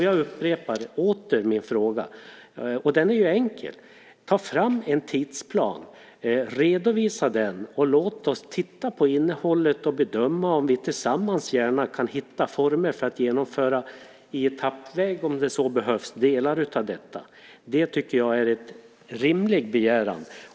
Jag upprepar min uppmaning: Ta fram en tidsplan, redovisa den och låt oss se på innehållet och bedöma om vi tillsammans kan hitta former för att - etappvis om så behövs - genomföra delar av detta. Det är en rimlig begäran.